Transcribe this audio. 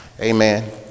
amen